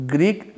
Greek